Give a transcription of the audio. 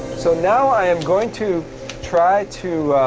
so now i am going to try to